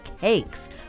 cakes